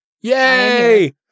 Yay